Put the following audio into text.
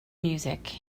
music